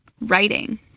writing